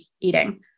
eating